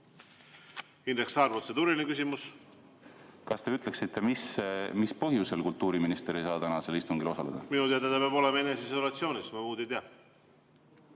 Indrek Saar, protseduuriline küsimus. Kas te ütleksite, mis põhjusel kultuuriminister ei saa tänasel istungil osaleda? Minu teada ta peab olema eneseisolatsioonis, ma muud ei tea.